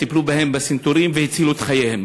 טיפלו בהם בצנתורים והצילו את חייהם.